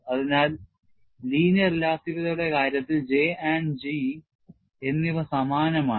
അതിനാൽ ലീനിയർ ഇലാസ്തികതയുടെ കാര്യത്തിൽ J ആൻഡ് G എന്നിവ സമാനമാണ്